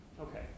Okay